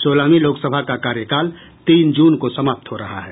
सोलहवीं लोकसभा का कार्यकाल तीन जून को समाप्त हो रहा है